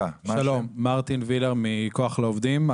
שלום, מרטין וילר מכוח לעובדים.